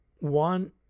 one